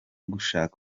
gushaka